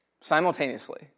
Simultaneously